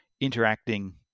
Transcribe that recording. interacting